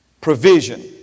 Provision